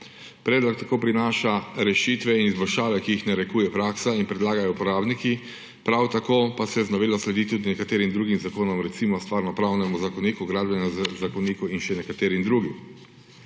Predlog tako prinaša rešitve in izboljšave, ki jih narekuje praksa in predlagajo uporabniki, prav tako pa se z novelo sledi tudi nekaterim drugim zakonom, recimo Stvarnopravnemu zakoniku, Gradbenemu zakonu in še nekaterim drugim.